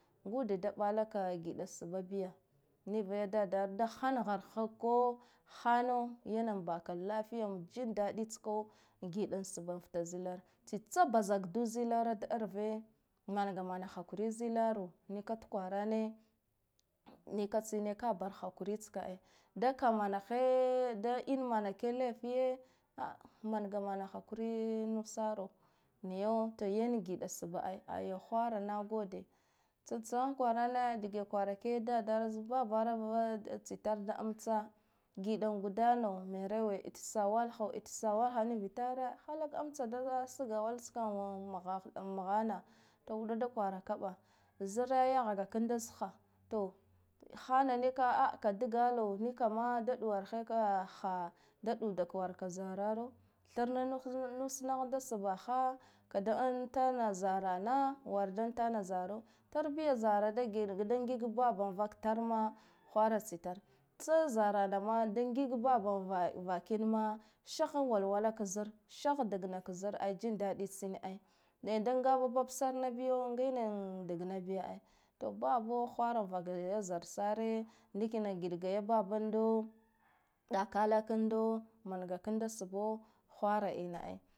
Ngude da ɓalaka giɗa sbba biya niva yi dadaha da han han hako hana yana baka lafiya jindadi tsko giɗa sbba fta zilar, tsa bazak du zilar ka arve manga damana hakuri zilaro nika tkwarane nika tsine kabara hakuri tska ai nda ka manakai da in mana kai laifiye aa mangamana hakuri nussaro niyo to yan giɗa sbba ai ayya hwaro nagode, tsa tsan kwarane dage kwara kai dadaro za babaro tsi tare da amsta giɗa an guda no merowe it sawalaha it sawalaha nivitare halak amsta da sgawala tska an muhana wuɗa da kwaraka ɓa zire yahga kanda sha hana nika a ka digala nikama da ɗuwar heka ha da ɗuka ka warka ka zararo tharna nusnah da sbbaha kada untana zarana, warda untan zaro tarbiya zara dangig baba vaktar ma inkara tsitare tsa zara nama da ngig baba vaki sih wai wala ka zir sih dagna ka zindaɗi tsin ai, dai da ga babbsar nabiyo ngaiyna dagna bi ai, to babo hwara vak zarsare ndikina giɗgiyi ba bundo ɗakala kando manga kando subbo hwara ina ai.